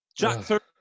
Jack